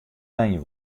wenje